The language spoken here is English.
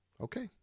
Okay